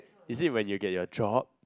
is it when you get your job